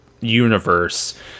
universe